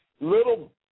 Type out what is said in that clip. little